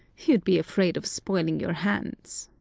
you'd be afraid of spoiling your hands.